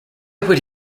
would